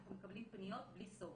אנחנו מקבלים פניות בלי סוף.